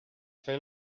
fer